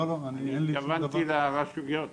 אני התכוונתי לרשויות.